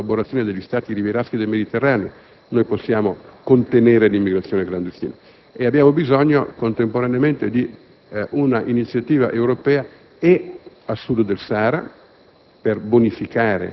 Solo attraverso la collaborazione degli Stati rivieraschi del Mediterraneo, infatti, possiamo contenere l'immigrazione clandestina. Abbiamo bisogno, contemporaneamente, di un'iniziativa europea a Sud del Sahara,